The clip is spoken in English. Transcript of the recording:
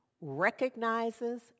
recognizes